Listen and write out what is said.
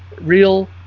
real